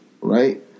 right